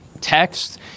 text